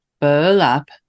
Burlap